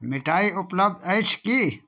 मिठाइ उपलब्ध अछि की